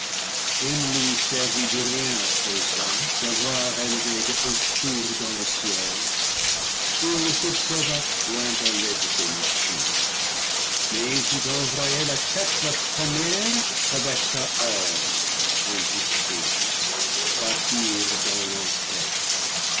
il ne lui servit de rien à présent d'avoir élevé de hautes tours dans le ciel il ne se sauva point à l'aide de ses machines mais il fut envoyé la tête la première avec sa horde industrieuse bâtir dans l'enfer